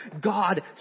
God